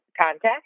contact